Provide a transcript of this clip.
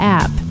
app